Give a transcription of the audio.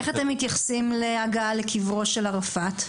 איך אתם מתייחסים להגעה לקברו של ערפאת?